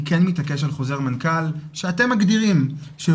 אני כן מתעקש על חוזר מנכ"ל שאתם מגדירים שהוא